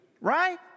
Right